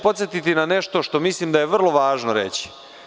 Podsetiću na nešto što mislim da je vrlo važno reći.